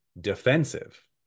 defensive